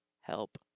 help